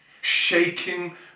shaking